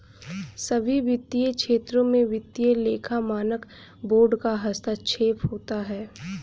सभी वित्तीय क्षेत्रों में वित्तीय लेखा मानक बोर्ड का हस्तक्षेप होता है